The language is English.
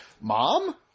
Mom